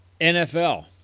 NFL –